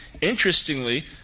Interestingly